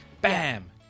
Bam